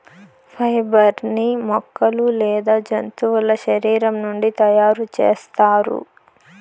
fibre ని మొక్కలు లేదా జంతువుల శరీరం నుండి తయారు చేస్తారు